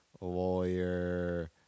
lawyer